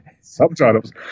subtitles